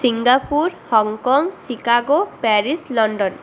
Singapore Hong Kong Chicago Paris London